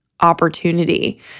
opportunity